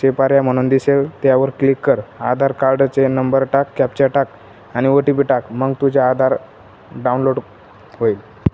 चीपाऱ्या म्हणून दिसेल त्यावर क्लिक कर आधार कार्डचे नंबर टाक कॅप्चर टाक आणि ओ टी पी टाक मग तुझ्या आधार डाउनलोड होईल